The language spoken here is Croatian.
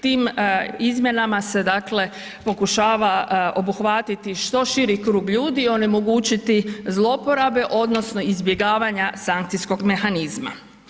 Tim izmjenama se dakle pokušava obuhvatiti što širi krug i onemogućiti zloporabe odnosno izbjegavanja sankcijskog mehanizma.